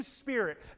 spirit